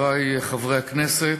חברי חברי הכנסת,